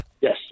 Yes